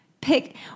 pick